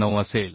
9 असेल